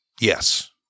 Yes